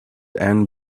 and